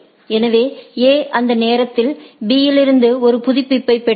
எனவே A அந்த நேரத்தில் B இலிருந்து ஒரு புதுப்பிப்பைப் பெற்றால்